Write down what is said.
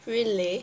really